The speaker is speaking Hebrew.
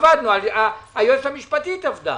היועצת המשפטית עבדה.